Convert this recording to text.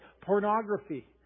Pornography